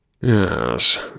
Yes